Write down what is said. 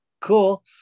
cool